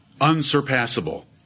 unsurpassable